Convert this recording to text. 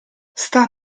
sta